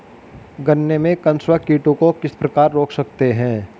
गन्ने में कंसुआ कीटों को किस प्रकार रोक सकते हैं?